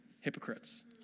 hypocrites